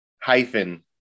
hyphen